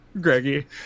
greggy